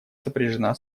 сопряжена